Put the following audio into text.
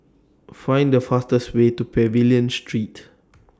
Find The fastest Way to Pavilion Street